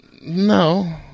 No